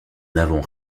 n’avons